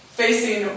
facing